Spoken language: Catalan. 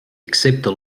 accepta